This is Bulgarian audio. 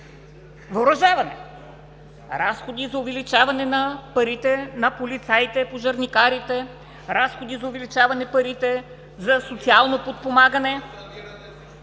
въоръжаване; разходи за увеличаване на парите на полицаите, пожарникарите; разходи за увеличаване парите за социално подпомагане